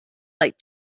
like